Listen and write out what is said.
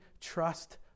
trust